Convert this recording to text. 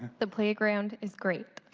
the playground is great